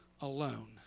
alone